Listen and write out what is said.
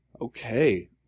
Okay